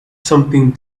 something